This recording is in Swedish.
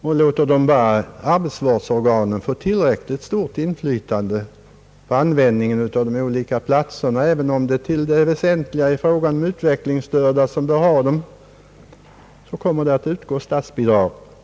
Och låter man bara arbetsvårdsorganen få tillräckligt stort inflytande på användningen av de olika platserna, även om det väsentligen är utvecklingsstörda som bör ha dem, kommer det att utgå statsbidrag.